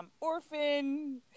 orphan